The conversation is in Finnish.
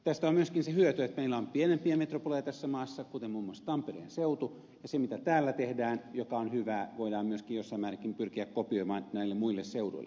tästä on myöskin se hyöty että meillä on pienempiä metropoleja tässä maassa kuten muun muassa tampereen seutu ja se mitä täällä tehdään joka on hyvää voidaan myöskin jossain määrin pyrkiä kopioimaan näille muille seuduille